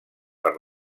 per